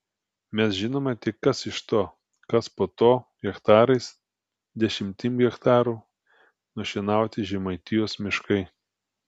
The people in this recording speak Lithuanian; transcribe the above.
mes žinome tik kas iš to kas po to hektarais dešimtim hektarų nušienauti žemaitijos miškai